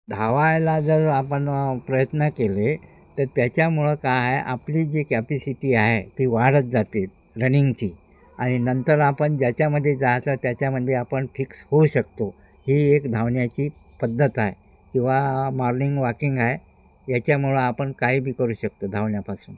धावायला जर आपण प्रयत्न केले तर त्याच्यामुळं काय आहे आपली जी कॅपिसिटी आहे ती वाढत जाते रनिंगची आणि नंतर आपण ज्याच्यामध्ये जायचं त्याच्यामध्ये आपण फिक्स होऊ शकतो ही एक धावण्याची पद्धत आहे किंवा मॉर्निंग वॉकिंग आहे याच्यामुळं आपण काही बी करू शकतो धावण्यापासून